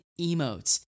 emotes